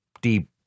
deep